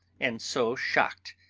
and so shocked!